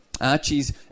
Archie's